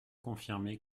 confirmé